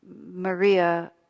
Maria